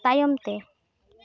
ᱛᱟᱭᱚᱢᱛᱮ